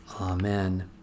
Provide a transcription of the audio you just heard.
Amen